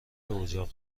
اجاق